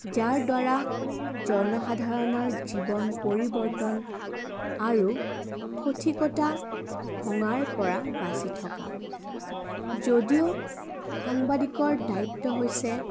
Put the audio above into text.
যাৰদ্বাৰা জনসাধাৰণৰ জীৱন পৰিৱৰ্তন আৰু সঠিকতা ভঙাৰপৰা বাচি থকা যদিও সাংবাদিকৰ দায়িত্ব হৈছে